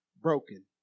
broken